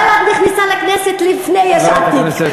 אבל בל"ד נכנסה לכנסת לפני יש עתיד,